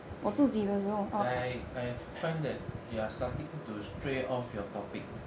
okay I I find that you are starting to stray off your topic